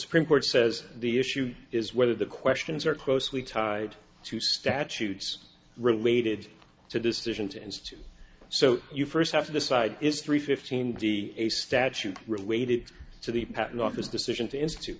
supreme court says the issue is whether the questions are closely tied to statutes related to decisions and to so you first have to decide is three fifteen a statute related to the patent office decision to institute